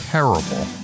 Terrible